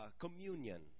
communion